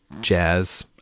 jazz